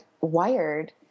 wired